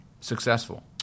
Successful